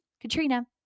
Katrina